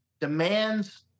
demands